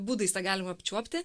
būdais tą galima apčiuopti